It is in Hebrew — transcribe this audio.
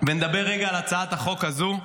ונדבר רגע על הצעת החוק הזו.